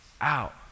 out